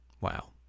Wow